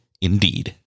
Indeed